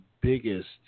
biggest